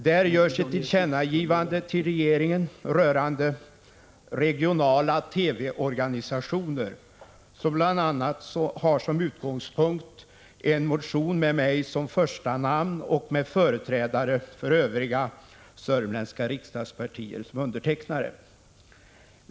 Där görs ett tillkännandegivande till regeringen rörande regionala TV-organisationer. Detta tillkännagivande har bl.a. som utgångspunkt en motion med mig som första namn och med företrädare för övriga sörmländska riksdagspartier som undertecknare.